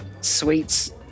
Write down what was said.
sweets